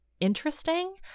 interesting